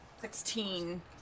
Sixteen